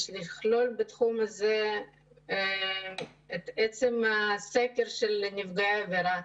יש לכלול בתחום הזה את עצם הסקר של נפגעי עבירה.